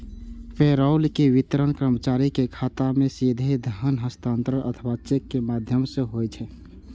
payroll के वितरण कर्मचारी के खाता मे सीधे धन हस्तांतरण अथवा चेक के माध्यम सं होइ छै